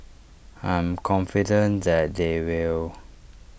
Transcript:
I'm confident that they will